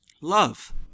Love